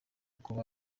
uko